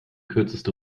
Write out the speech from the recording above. kürzeste